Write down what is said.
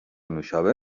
نوشابه